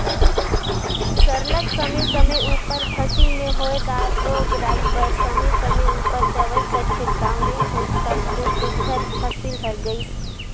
सरलग समे समे उपर फसिल में होए दार रोग राई बर समे समे उपर दवई कर छिड़काव नी होइस तब दो सुग्घर फसिल हर गइस